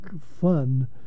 fun